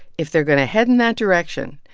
if they're going to head in that direction,